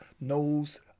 knows